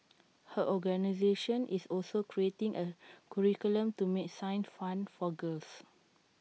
her organisation is also creating A curriculum to make science fun for girls